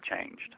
changed